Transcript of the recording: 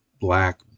black